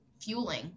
fueling